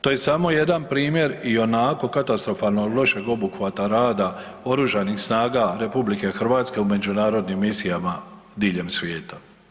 To je samo jedan primjer ionako katastrofalno lošeg obuhvata rada Oružanih snaga RH u međunarodnim misijama diljem svijeta.